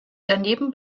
daneben